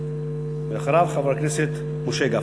ואחריו, חבר הכנסת משה גפני.